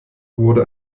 wurde